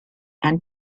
and